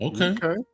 okay